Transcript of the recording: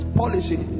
policy